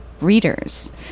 readers